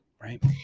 Right